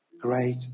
great